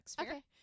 Okay